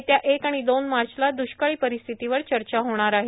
येत्या एक आणि दोन मार्चला द्ष्काळी परिस्थितीवर चर्चा होणार आहे